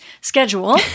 schedule